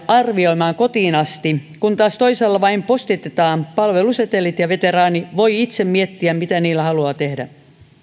arvioimaan kotiin asti kun taas toisissa vain postitetaan palvelusetelit ja veteraani voi itse miettiä mitä niillä haluaa tehdä